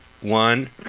one